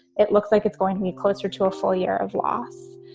it looks like it's going to be closer to a full year of loss.